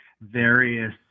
various